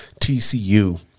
TCU